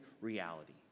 reality